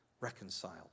reconciled